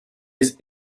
his